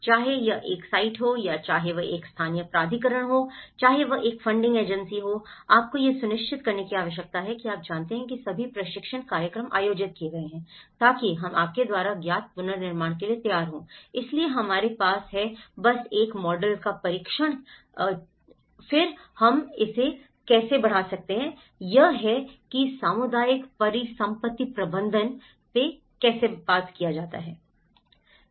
चाहे यह एक साइट हो या चाहे वह एक स्थानीय प्राधिकरण हो चाहे वह एक फंडिंग एजेंसी हो आपको यह सुनिश्चित करने की आवश्यकता है कि आप जानते हैं कि सभी प्रशिक्षण कार्यक्रम आयोजित किए गए हैं ताकि हम आपके द्वारा ज्ञात पुनर्निर्माण के लिए तैयार हों इसलिए हमारे पास है बस एक मॉडल का परीक्षण किया और फिर हम इसे कैसे बढ़ा सकते हैं यह है कि सामुदायिक परिसंपत्ति प्रबंधन कैसे बात करता है